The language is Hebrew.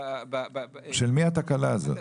של מי התקלה הזאת?